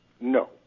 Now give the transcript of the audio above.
No